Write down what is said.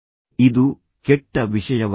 ಇದು ಕೆಟ್ಟ ವಿಷಯವಾಗಿದೆ